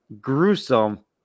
gruesome